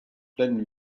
pleine